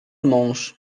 mąż